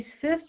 fifth